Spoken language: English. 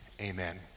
amen